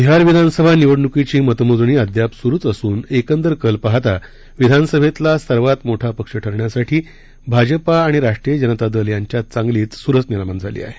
बिहार विधानसभा निवडणुकीची मतमोजणी अद्याप सुरुचं असून एकंदर कल पाहता विधानसभेतला सर्वात मोठा पक्ष ठरण्यासाठी भाजपा आणि राष्ट्रीय जनता दल यांच्यात चांगलीचं चुरस निर्माण झाली आहे